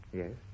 yes